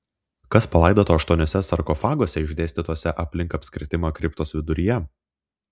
kas palaidota aštuoniuose sarkofaguose išdėstytuose aplink apskritimą kriptos viduryje